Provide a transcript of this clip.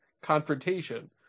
confrontation